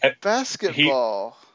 basketball